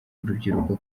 urubyiruko